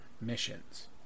missions